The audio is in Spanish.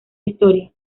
historia